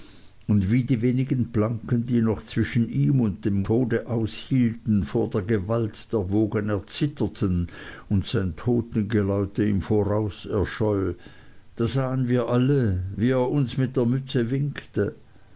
und wie die wenigen planken die noch zwischen ihm und dem tode aushielten vor der gewalt der wogen erzitterten und sein totengeläute im voraus erscholl da sahen wir alle wie er uns mit der mütze winkte